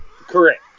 Correct